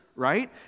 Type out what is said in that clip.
right